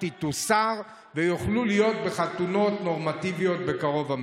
תוסר ושהם יוכלו להיות בחתונות נורמטיביות בקרוב,